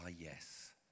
yes